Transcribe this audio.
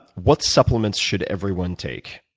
what supplements should everyone take,